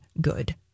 good